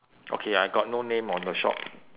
okay I got no name on the shop